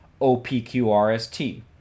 OPQRST